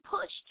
pushed